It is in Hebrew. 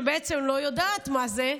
שבעצם לא יודעת מה זה,